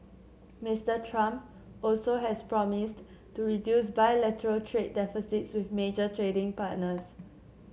Mister Trump also has promised to reduce bilateral trade deficits with major trading partners